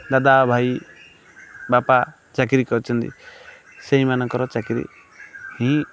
ଦାଦା ଭାଇ ବାପା ଚାକିରି କରିଛନ୍ତି ସେଇମାନଙ୍କର ଚାକିରି ହିଁ